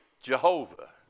Jehovah